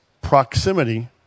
Proximity